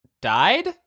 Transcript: died